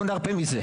לא נרפה מזה,